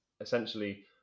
essentially